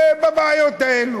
בבעיות האלה.